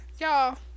y'all